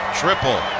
triple